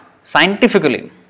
scientifically